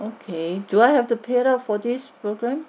okay do I have to pay up for this programme